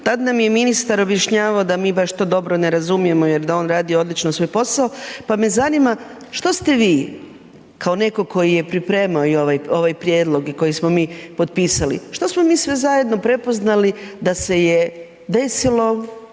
tad nam je ministar objašnjavao da mi baš to dobro ne razumijemo jer da on radi odlično svoj posao, pa me zanima što ste vi kao netko koji je pripremao i ovaj, ovaj prijedlog i koji smo mi potpisali, što smo mi sve zajedno prepoznali da se je desilo